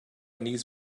needs